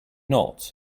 not